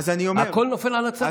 הכול נופל על הצרכן.